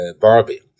Barbie